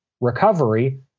recovery